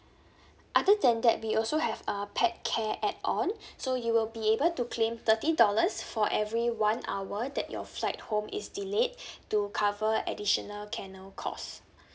other than that we also have a pet care add on so you will be able to claim thirty dollars for every one hour that your flight home is delayed to cover additional kennel cost